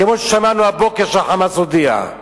כמו ששמענו הבוקר שה"חמאס" הודיע.